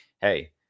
hey